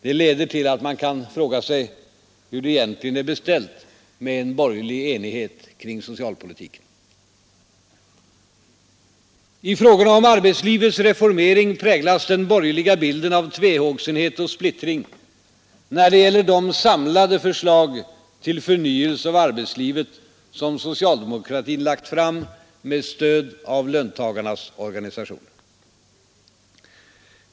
Det leder till att man kan fråga sig hur det egentligen är beställt med en borgerlig enighet kring socialpolitiken I frågorna om arbetslivets reformering präglas den borgerliga bilden av tvehågsenhet och splittring när det gäller de samlade förslag till förnyelse av arbetslivet som socialdemokratin lagt fram med stöd av löntagarnas organisationer.